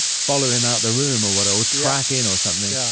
follow him out the room or what. oh. tracking or something.